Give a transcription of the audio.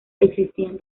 existían